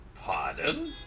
Pardon